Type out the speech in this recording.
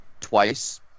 twice